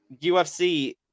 UFC